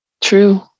True